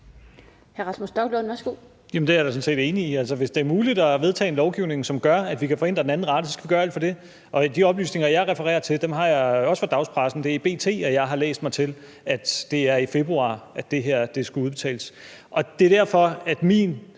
Rasmus Stoklund (S): Det er jeg da sådan set enig i. Hvis det er muligt at vedtage en lovgivning, som gør, at vi kan forhindre, at anden rate bliver udbetalt, så skal vi gøre alt for det. De oplysninger, jeg refererer til, har jeg også fra dagspressen – det er i B.T., jeg har læst mig til, at det er i februar, at det her skal udbetales. Det er derfor, vi nu,